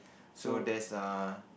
so there's a